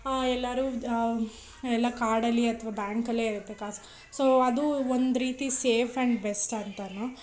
ಎಲ್ಲರೂ ಎಲ್ಲ ಕಾಡಲ್ಲಿ ಅಥವಾ ಬ್ಯಾಂಕಲ್ಲೇ ಇರುತ್ತೆ ಕಾಸು ಸೋ ಅದು ಒಂದು ರೀತಿ ಸೇಫ್ ಆ್ಯಂಡ್ ಬೆಸ್ಟ್ ಅಂತಲೋ